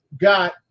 got